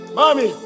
Mommy